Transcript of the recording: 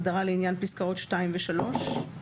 הגדרה לעניין פסקאות (2) ו-(3).